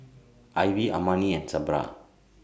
Ivy Armani and Sabra